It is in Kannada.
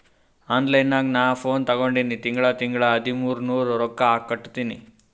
ಆನ್ಲೈನ್ ನಾಗ್ ನಾ ಫೋನ್ ತಗೊಂಡಿನಿ ತಿಂಗಳಾ ತಿಂಗಳಾ ಹದಿಮೂರ್ ನೂರ್ ರೊಕ್ಕಾ ಕಟ್ಟತ್ತಿನಿ